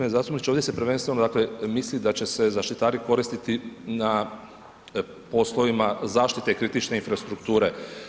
Pa g. zastupniče, ovdje se prvenstveno misli da će se zaštitari koristiti na poslovima zaštite kritične infrastrukture.